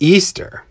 Easter